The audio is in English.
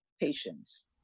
patients